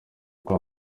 kwa